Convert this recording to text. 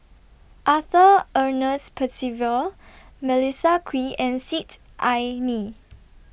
Arthur Ernest Percival Melissa Kwee and Seet Ai Mee